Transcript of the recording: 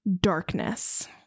darkness